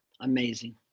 Amazing